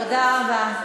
תודה רבה.